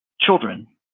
children